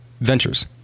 ventures